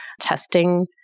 testing